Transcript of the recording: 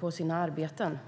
på sina arbeten.